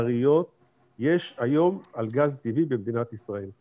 מסחריות יש היום על גז טבעי במדינת ישראל.